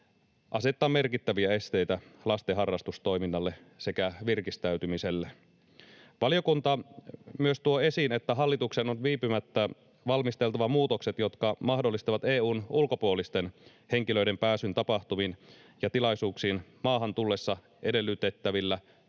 asettaa merkittäviä esteitä lasten harrastustoiminnalle sekä virkistäytymiselle. Valiokunta myös tuo esiin, että hallituksen on viipymättä valmisteltava muutokset, jotka mahdollistavat EU:n ulkopuolisten henkilöiden pääsyn tapahtumiin ja tilaisuuksiin maahan tullessa edellytettävillä